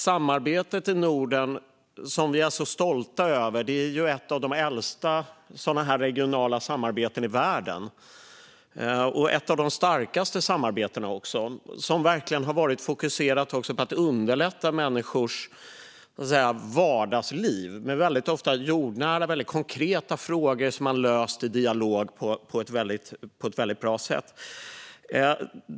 Samarbetet i Norden, som vi är så stolta över, är ett av de äldsta regionala samarbetena i världen och även ett av de starkaste. Det har verkligen varit fokuserat på att underlätta människors vardagsliv, och ofta har väldigt jordnära och konkreta frågor lösts i dialog på ett väldigt bra sätt.